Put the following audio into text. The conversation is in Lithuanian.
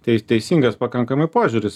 tei teisingas pakankamai požiūris